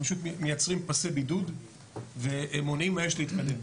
פשוט מייצרים פסי בידוד ומונעים מהאש להתקדם.